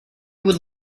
would